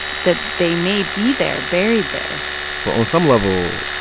that they may be there, buried there but on some level,